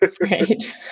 Right